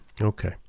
Okay